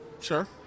Sure